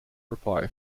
reply